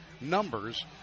numbers